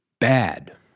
bad